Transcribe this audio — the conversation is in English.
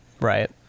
Right